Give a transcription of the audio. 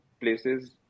places